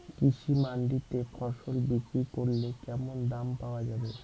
কৃষি মান্ডিতে ফসল বিক্রি করলে কেমন দাম পাওয়া যাবে?